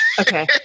Okay